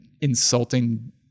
insulting